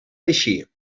així